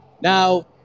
Now